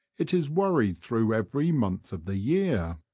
it is worried through every month of the year.